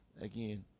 again